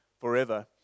forever